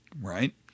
right